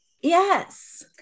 Yes